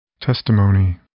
Testimony